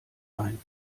ein